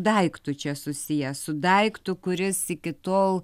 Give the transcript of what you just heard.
daiktu čia susiję su daiktu kuris iki tol